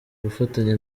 gufatanya